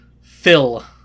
Phil